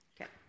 Okay